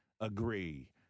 agree